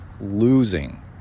losing